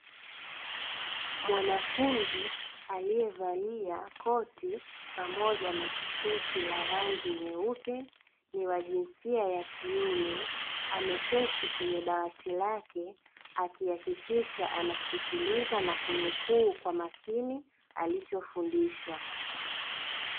Mwanafunzi alievalia koti pamoja na tisheti la rangi nyeupe, ni wa jinsia ya kiume ameketi kwenye dawati lake akihakikisha ana sikiliza na kunukuu kwa makini alichofundishwa.